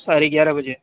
ساڑھے گیارہ بجے